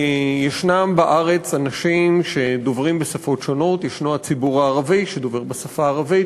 ישנם בארץ אנשים שמדברים בשפות שונות: ישנו הציבור הערבי הדובר ערבית,